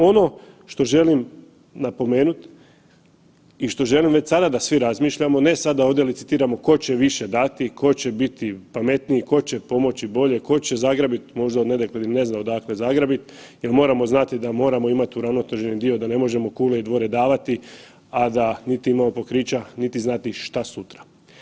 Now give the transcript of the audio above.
Ono što želim napomenuti i što želim da već sada da svi razmišljamo, ne sada da ovdje licitiramo, tko će više dati, tko će biti pametniji, tko će pomoći bolje, tko će zagrabit možda …/nerazumljivo/… ni ne zna odakle zagrabit, jer moramo znati da moramo imati uravnoteženi dio da ne možemo kule i dvore davati, a da niti imamo pokrića niti znati šta sutra.